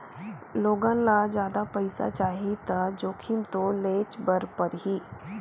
लोगन ल जादा पइसा चाही त जोखिम तो लेयेच बर परही